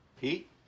Pete